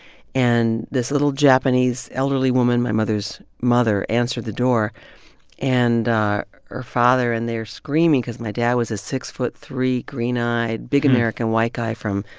and this little japanese elderly woman, my mother's mother, answered the door and her father and they're screaming cause my dad was a six foot three, green-eyed, big american white guy from,